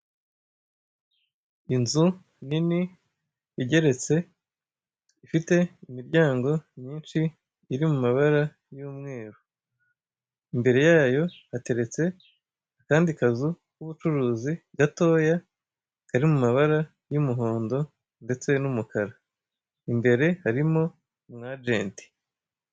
Inzu nini igeretse ifite imiryango myinshi iri mu mabara y'umweru, imbere yayo hateretse akandi kazu k'ubucuruzi gatoya kari mu mabara y'umuhondo ndetse n'umukara, imbere harimo umwajenti.